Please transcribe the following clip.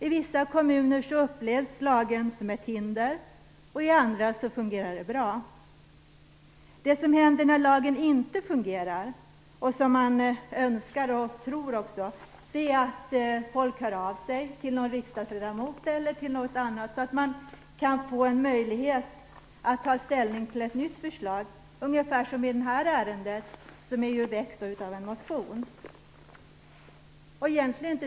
I vissa kommuner upplevs lagen som ett hinder och i andra fungerar den bra. Det som händer när lagen inte fungerar som man önskar och tror är att folk hör av sig till någon riksdagsledamot så att vi kan få en möjlighet att ta ställning till ett nytt förslag, ungefär som i det här ärendet som kommit upp med anledning av att en motion har väckts.